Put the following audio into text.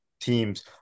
teams